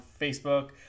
Facebook